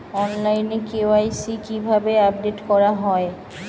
অনলাইনে কে.ওয়াই.সি কিভাবে আপডেট করা হয়?